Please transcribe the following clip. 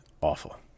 awful